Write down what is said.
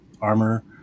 armor